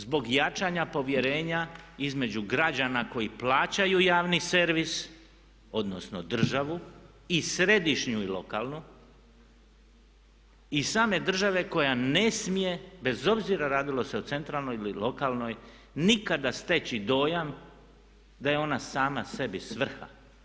Zbog jačanja povjerenja između građana koji plaćaju javni servis odnosno državu i središnju i lokalno i same države koja ne smije bez obzira radilo se o centralnoj ili lokalnoj nikada steći dojam da je ona sama sebi svrha.